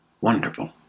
wonderful